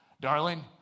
darling